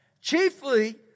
Chiefly